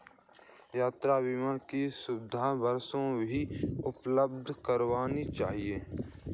यात्रा बीमा की सुविधा बसों भी उपलब्ध करवाना चहिये